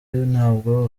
nabwo